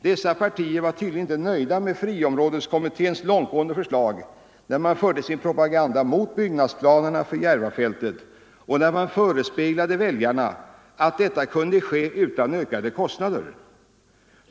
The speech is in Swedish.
Dessa partier var tydligen inte nöjda med friområdeskommitténs långtgående förslag när man förde sin propaganda mot byggnadsplanerna för Järvafältet och när man förespeglade väljarna att detta kunde ske utan ökade kostnader.